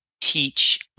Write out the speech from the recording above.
teach